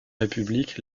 république